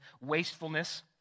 wastefulness